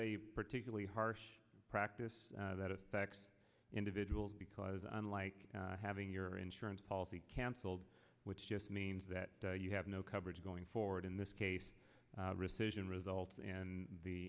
a particularly harsh practice that it backs individuals because unlike having your insurance policy cancelled which just means that you have no coverage going forward in this case rescission results and the